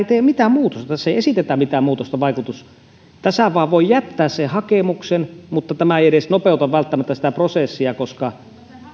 tee mitään muutosta tässä ei esitetä mitään muutosta tässähän vain voi jättää sen hakemuksen mutta tämä ei edes välttämättä nopeuta sitä prosessia koska